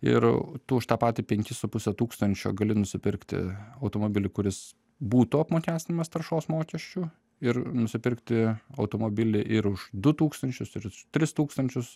ir tu už tą patį penkis su puse tūkstančio gali nusipirkti automobilį kuris būtų apmokestinamas taršos mokesčiu ir nusipirkti automobilį ir už du tūkstančius ir už tris tūkstančius